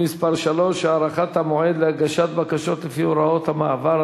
מס' 3) (הארכת המועד להגשת בקשות לפי הוראות המעבר),